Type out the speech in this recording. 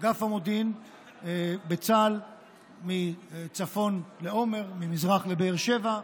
לאגף המודיעין בצה"ל מצפון לעומר, ממזרח לבאר שבע.